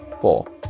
four